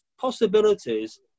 possibilities